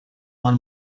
mal